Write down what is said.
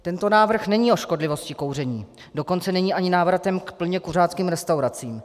Tento návrh není o škodlivosti kouření, dokonce není ani návratem k plně kuřáckým restauracím.